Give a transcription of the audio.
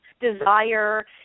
desire